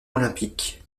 olympique